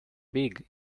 big